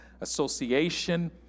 Association